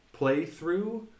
playthrough